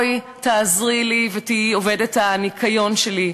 בואי תעזרי לי ותהיי עובדת הניקיון שלי,